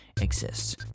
exists